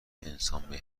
انسان